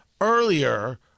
earlier